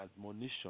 admonition